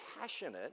passionate